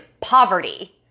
poverty